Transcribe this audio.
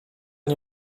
nie